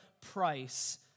price